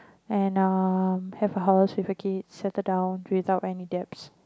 and um have a house certificate settle down without any debts